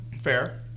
Fair